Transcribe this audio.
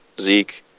Zeke